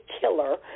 killer